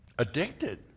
addicted